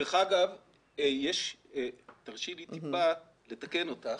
תרשי לי לתקן אותך.